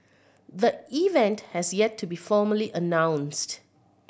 the event has yet to be formally announced